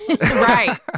Right